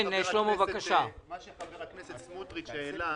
שחבר הכנסת סמוטריץ' העלה,